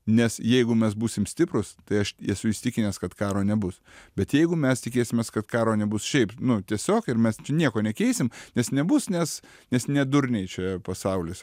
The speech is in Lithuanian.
nes jeigu mes būsim stiprūs tai aš esu įsitikinęs kad karo nebus bet jeigu mes tikėsimės kad karo nebus šiaip nu tiesiog ir mes čia nieko nekeisim nes nebus nes nes ne durniai čia pasaulis